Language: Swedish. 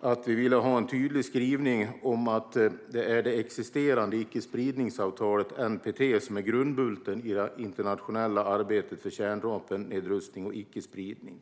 att vi vill ha en tydlig skrivning om att det är det existerande icke-spridningsavtalet, NPT, som är grundbulten i det internationella arbetet för kärnvapennedrustning och icke-spridning.